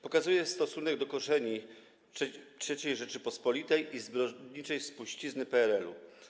Pokazuje stosunek do korzeni III Rzeczypospolitej i zbrodniczej spuścizny PRL-u.